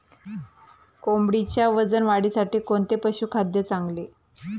कोंबडीच्या वजन वाढीसाठी कोणते पशुखाद्य चांगले?